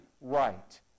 right